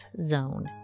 zone